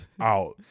out